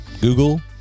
Google